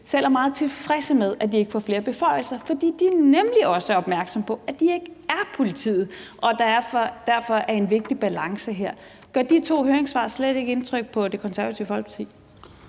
selv er meget tilfredse med, at de ikke får flere beføjelser, fordi de nemlig også er opmærksomme på, at de ikke er politiet, og at der derfor er en vigtig balance her? Gør de to høringssvar slet ikke indtryk på Det Konservative Folkeparti?